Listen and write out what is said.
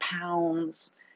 pounds